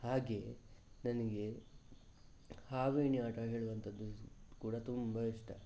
ಹಾಗೆ ನನಗೆ ಹಾವು ಏಣಿ ಆಟ ಹೇಳುವಂಥದ್ದು ಕೂಡ ತುಂಬ ಇಷ್ಟ